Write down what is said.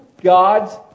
God's